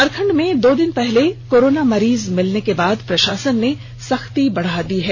झारखंड में दो दिन पहले कोरोना मरीज मिलने के बाद प्रषासन ने सख्ती बढ़ा दी है